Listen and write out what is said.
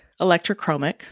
electrochromic